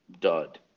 dud